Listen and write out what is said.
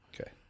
Okay